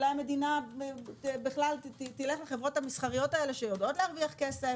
אולי המדינה בכלל תלך לחברות המסחריות האלה שיודעות להרוויח כסף